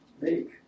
make